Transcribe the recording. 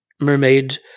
mermaid